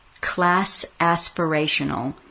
class-aspirational